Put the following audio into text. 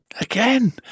Again